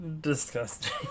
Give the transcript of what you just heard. Disgusting